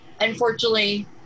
unfortunately